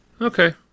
Okay